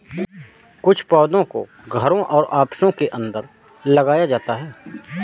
कुछ पौधों को घरों और ऑफिसों के अंदर लगाया जाता है